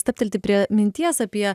stabtelti prie minties apie